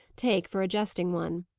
take for a jesting one.